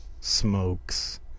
smokes